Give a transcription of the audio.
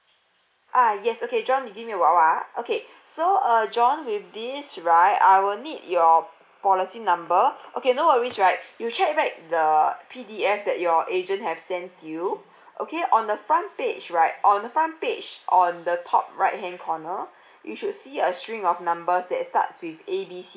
ah yes okay john give me a while ah okay so uh john with this right I will need your policy number okay no worries right you check back the P_D_F that your agent have sent you okay on the front page right on the front page on the top right hand corner you should see a string of numbers that starts with A B C